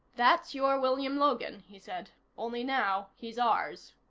that's your william logan, he said, only now he's ours.